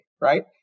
right